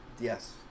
Yes